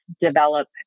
develop